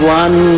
one